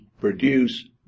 produce